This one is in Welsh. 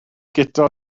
guto